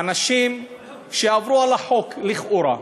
על אנשים שעברו על החוק לכאורה.